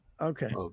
okay